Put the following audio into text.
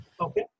Okay